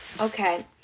Okay